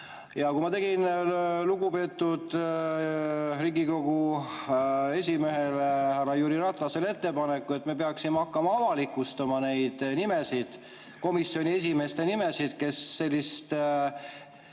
ju. Kui ma tegin lugupeetud Riigikogu esimehele härra Jüri Ratasele ettepaneku, et me peaksime hakkama avalikustama nende komisjonide esimeeste nimesid, kes seadust